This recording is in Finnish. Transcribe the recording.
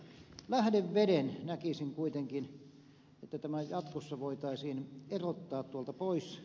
lähdeveden näkisin kuitenkin niin että tämä jatkossa voitaisiin erottaa tuolta pois